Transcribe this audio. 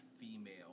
female